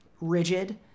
rigid